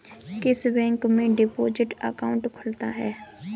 किस बैंक में deposit account खुलता है?